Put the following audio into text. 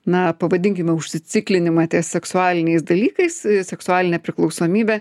na pavadinkime užsiciklinimą ties seksualiniais dalykais seksualinę priklausomybę